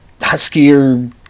huskier